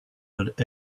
that